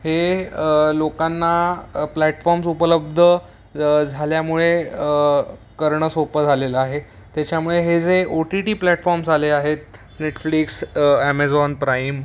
हे लोकांना प्लॅटफॉर्म्स उपलब्ध झाल्यामुळे करणं सोपं झालेलं आहे त्याच्यामुळे हे जे ओ टी टी प्लॅटफॉर्म्स आले आहेत नेटफ्लिक्स अमेझॉन प्राईम